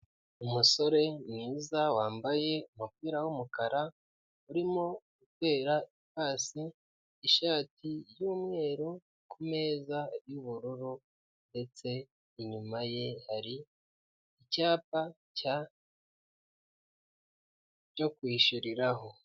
Umusore mwiza wambaye umupira w'umukara urimo gutera ipasi ishati y'umweru ku meza y'ubururu, ndetse inyuma ye hari icyapa cyo kwishyuriraho.